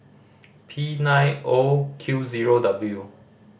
P nine O Q zero W